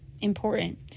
important